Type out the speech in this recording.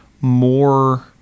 more